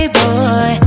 boy